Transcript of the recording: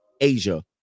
Asia